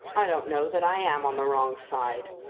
i don't know that i am on the wrong side.